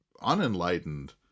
unenlightened